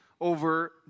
over